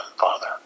Father